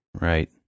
Right